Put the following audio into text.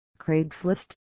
Craigslist